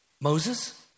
Moses